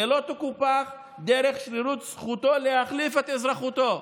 ולא תקופח דרך שרירות זכותו להחליף את אזרחותו".